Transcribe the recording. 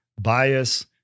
bias